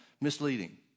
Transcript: misleading